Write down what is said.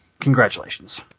Congratulations